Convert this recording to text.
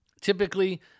typically